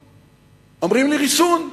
אומרים לי: ריסון.